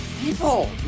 People